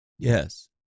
Yes